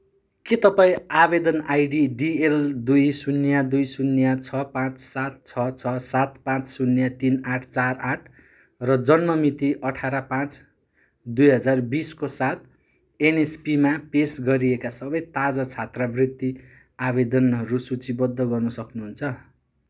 के तपाईँँ आवेदन आइडी डिएल दुई शून्य दुई शून्य छ पाँच सात छ छ सात पाँच शून्य तिन आठ चार आठ र जन्म मिति अठार पाँच दुई हजार बिसको साथ एनएसपीमा पेस गरिएका सबै ताजा छात्रवृत्ति आवेदनहरू सूचीबद्ध गर्न सक्नुहुन्छ